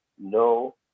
no